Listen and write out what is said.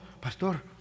Pastor